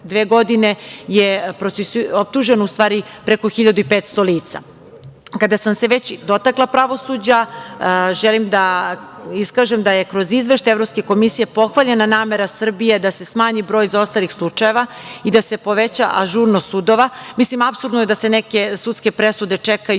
dve godine je optuženo preko 1500 lica. Kad sam se već dotakla pravosuđa, želim da iskažem da je kroz Izveštaj Evropske komisije pohvaljena namera Srbije da se smanji broj zaostalih slučajeva i da se poveća ažurnost sudova. Mislim, apsurdno je da se neke sudske presude čekaju